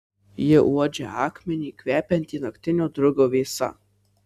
ji uodžia akmenį kvepiantį naktinio drugio vėsa